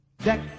Deck